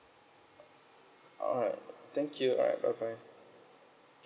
alright thank you alright bye bye